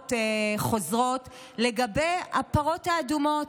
בהודעות חוזרות לגבי הפרות האדומות.